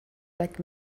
like